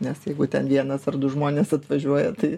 nes jeigu ten vienas ar du žmonės atvažiuoja tai